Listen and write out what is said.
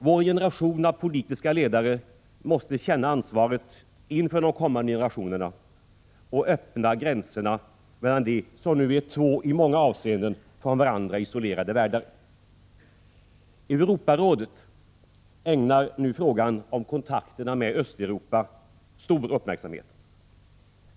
Vår generation av politiska ledare måste känna ansvaret inför de kommande generationerna och öppna gränserna mellan det som nu är två i många avseenden från varandra isolerade världar. Europarådet ägnar nu frågan om kontakterna med Östeuropa stor uppmärksamhet.